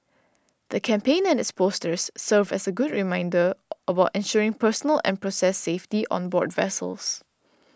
the campaign and its posters serve as good reminders about ensuring personal and process safety on board vessels